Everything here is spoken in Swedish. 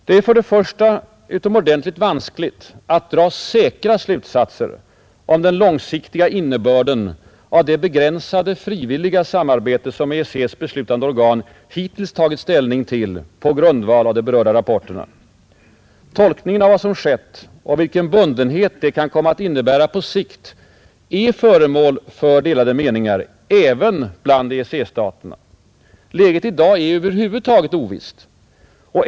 Det är för det första utomordentligt vanskligt att dra säkra slutsatser om den långsiktiga innebörden av det begränsade, frivilliga samarbete, som EEC:s beslutande organ hittills tagit ställning till på grundval av de berörda rapporterna. Tolkningen av vad som skett och vilken bundenhet som detta kan komma att innebära på sikt är föremål för delade meningar — även bland EEC-staterna. Läget i dag är över huvud taget ovisst.